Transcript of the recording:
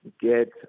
get